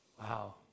Wow